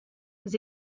was